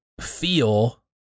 feel